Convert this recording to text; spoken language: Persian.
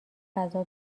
غذا